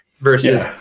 versus